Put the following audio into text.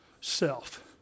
self